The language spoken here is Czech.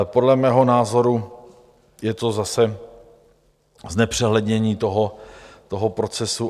Podle mého názoru je to zase znepřehlednění toto procesu.